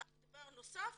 דבר נוסף